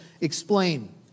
explain